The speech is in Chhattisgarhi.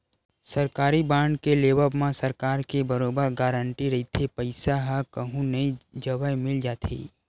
सरकारी बांड के लेवब म सरकार के बरोबर गांरटी रहिथे पईसा ह कहूँ नई जवय मिल जाथे